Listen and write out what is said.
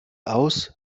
aus